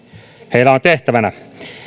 heillä on tehtävänään